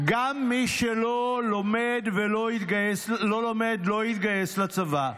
גם מי שלא לומד לא יתגייס לצבא.